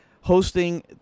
hosting